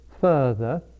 further